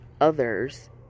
others